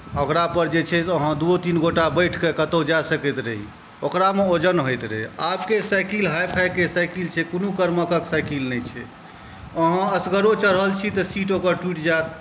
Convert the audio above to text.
आओर ओकरापर जे छै से अहाँ दुइओ तीन गोटा बैठिके कतहुँ जा सकैत रही ओकरामे वजन होइत रहै आबके साइकिल हाइफाइके साइकिल छै कोनो कर्मकके साइकिल नहि छै अहाँ एसगरो चढ़ल छी तऽ सीट ओकर टुटि जाएत